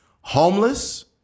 homeless